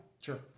sure